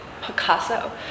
Picasso